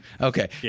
Okay